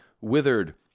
withered